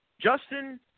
Justin